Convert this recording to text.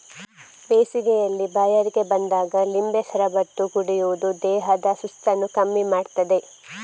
ಬೇಸಿಗೆಯಲ್ಲಿ ಬಾಯಾರಿಕೆ ಬಂದಾಗ ಲಿಂಬೆ ಶರಬತ್ತು ಕುಡಿಯುದು ದೇಹದ ಸುಸ್ತನ್ನ ಕಮ್ಮಿ ಮಾಡ್ತದೆ